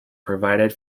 provided